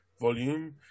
volume